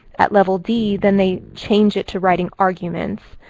at level d, then they change it to writing arguments.